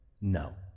No